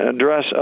address